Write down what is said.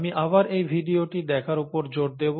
আমি আবার এই ভিডিওটি দেখার উপর জোর দেব